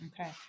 Okay